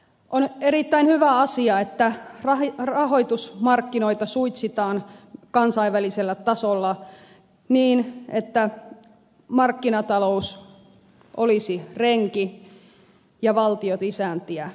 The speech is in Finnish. on erittäin hyvä asia että rahoitusmarkkinoita suitsitaan kansainvälisellä tasolla niin että markkinatalous olisi renki ja valtiot isäntiä